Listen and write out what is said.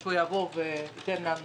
שהשר יבוא וייתן לנו